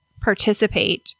participate